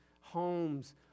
homes